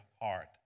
heart